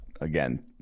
again